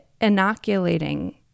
inoculating